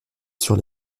sur